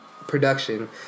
production